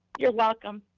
you're welcome.